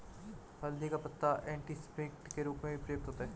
हल्दी का पत्ता एंटीसेप्टिक के रूप में भी प्रयुक्त होता है